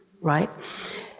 Right